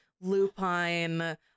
lupine